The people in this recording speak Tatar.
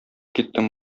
киттем